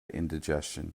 indigestion